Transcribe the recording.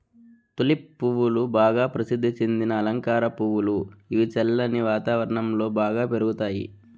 tulip పువ్వులు బాగా ప్రసిద్ది చెందిన అలంకార పువ్వులు, ఇవి చల్లని వాతావరణం లో బాగా పెరుగుతాయి